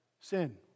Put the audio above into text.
sin